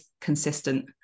consistent